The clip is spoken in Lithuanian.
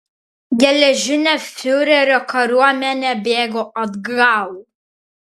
geležinė fiurerio kariuomenė bėgo atgal